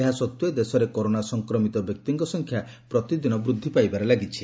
ଏହାସତ୍ତେ ଦେଶରେ କରୋନା ସଂକ୍ରମିତ ବ୍ୟକ୍ତିଙ୍କ ସଂଖ୍ୟା ପ୍ରତିଦିନ ବୃକ୍ଧି ପାଇବାରେ ଲାଗିଛି